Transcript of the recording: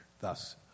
thus